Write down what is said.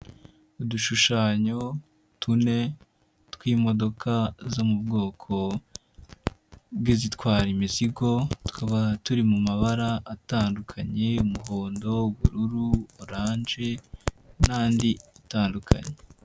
Udushushanyo tune tw'imodoka zo mu bwoko bw'izitwara imizigo tukaba turi mu mabara atandukanye: umuhondo, ubururu, oranje n'andi atandukanye.